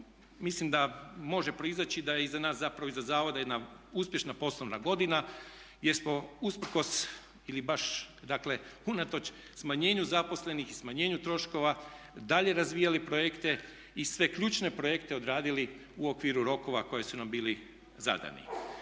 mislim da može proizaći da je iza nas, zapravo iza zavoda jedna uspješna poslovna godina gdje smo usprkos ili baš dakle unatoč smanjenju zaposlenih i smanjenju troškova dalje razvijali projekte i sve ključne projekte odradili u okviru rokova koji su nam bili zadani.